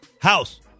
house